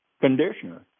conditioner